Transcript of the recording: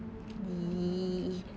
ya